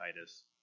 Titus